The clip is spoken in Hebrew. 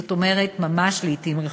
זאת אומרת, ממש לעתים רחוקות.